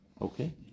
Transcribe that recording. Okay